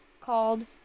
called